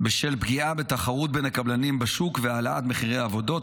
בשל פגיעה בתחרות בין הקבלנים בשוק והעלאת מחירי העבודות,